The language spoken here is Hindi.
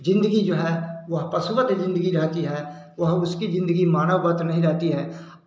ज़िंदगी जो है वह पशुवत ज़िंदगी रहती है वह उसकी ज़िंदगी मानवगत नहीं रहती है